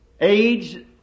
age